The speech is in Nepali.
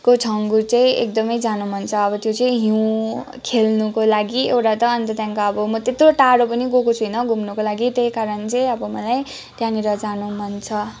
छङ्गू चाहिँ एकदमै जान मन छ अब त्यो चाहिँ हिउँ खेल्नुको लागि एउटा त अन्त त्यहाँदेखिको अब म त्यत्रो टाडो पनि गएको छुइनँ घुम्नुको लागि त्यही कारण चाहिँ अब मलाई त्यहाँनिर जानु मन छ